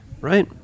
right